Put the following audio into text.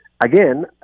Again